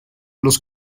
los